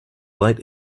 late